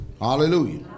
Hallelujah